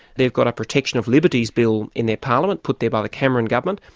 they've got a protection of liberties bill in their parliament, put there by the cameron government,